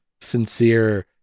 sincere